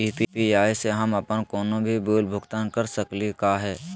UPI स हम अप्पन कोनो भी बिल भुगतान कर सकली का हे?